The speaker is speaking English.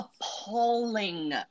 appalling